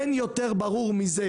אין יותר ברור מזה,